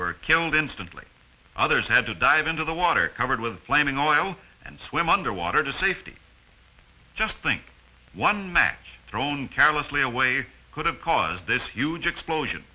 were killed instantly others had to dive into the water covered with flaming oil and swim under water to safety just think one match thrown carelessly away could have caused this huge explosion